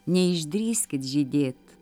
neišdrįskit žydėt